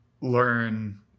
learn